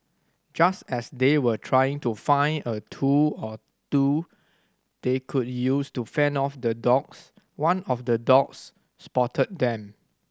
just as they were trying to find a tool or two they could use to fend off the dogs one of the dogs spotted them